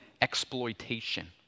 exploitation